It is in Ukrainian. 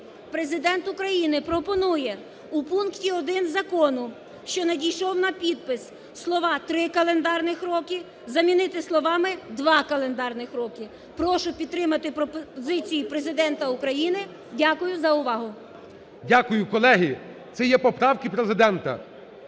Президент України пропонує у пункті 1 закону, що надійшов на підпис, слова "три календарних роки" замінити словами "два календарних роки". Прошу підтримати пропозиції Президента України. Дякую за увагу. ГОЛОВУЮЧИЙ. Дякую. Колеги, це є поправки Президента.